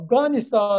Afghanistan